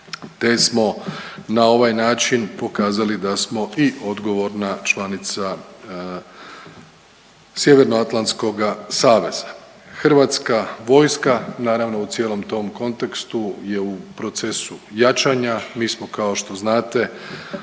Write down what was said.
te smo na ovaj način pokazali da smo i odgovorna članica Sjevernoatlantskoga saveza. Hrvatska vojska naravno u cijelom tom kontekstu je u procesu jačanja, mi smo kao što znate